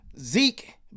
Zeke